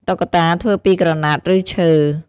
តុក្កតា ធ្វើពីក្រណាត់ ឬឈើ។